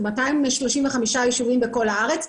מאתיים שלושים וחמישה יישובים בכל הארץ,